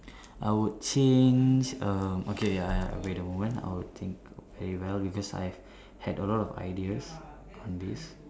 I would change um okay ya wait a moment I would think very well because I had a lot of ideas on this